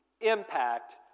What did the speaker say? impact